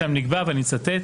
שם נקבע, ואני מצטט: